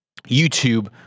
YouTube